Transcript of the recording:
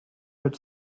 had